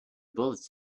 bullets